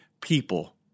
people